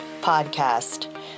podcast